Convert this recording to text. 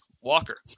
Walker